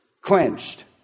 quenched